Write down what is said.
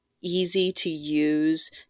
easy-to-use